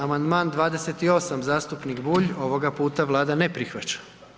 Amandman 28. zastupnik Bulj, ovoga puta Vlada ne prihvaća.